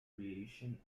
creation